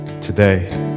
Today